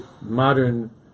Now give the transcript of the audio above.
modern